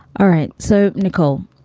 all right. so, nicole,